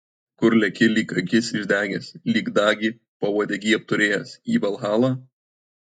kur leki lyg akis išdegęs lyg dagį pauodegy apturėjęs į valhalą